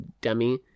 dummy